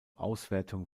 auswertung